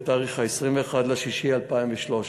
ב-21 ביולי 2013